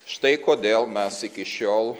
štai kodėl mes iki šiol